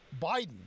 Biden